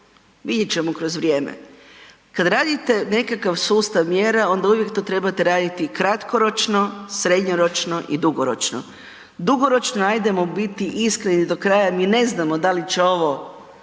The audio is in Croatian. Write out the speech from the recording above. Vidjet ćemo kroz vrijeme. Kad radite nekakav sustav mjera onda uvijek to trebate raditi kratkoročno, srednjoročno i dugoročno. Dugoročno ajdemo biti iskreni do kraja, mi ne znamo da li će ovo